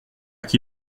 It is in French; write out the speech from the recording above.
qui